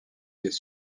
les